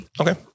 Okay